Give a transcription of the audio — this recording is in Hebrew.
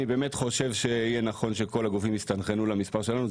אני חושב שיהיה נכון שכל הגופים יסתנכרנו למספר שלנו.